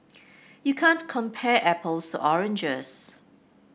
you can't compare apples to oranges